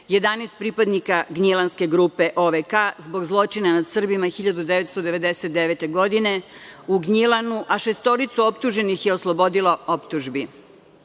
11 pripadnika Gnjilanske grupe OVK-a zbog zločina nad Srbima 1999. godine u Gnjilanu, a šestoricu optuženih je oslobodilo optužbi.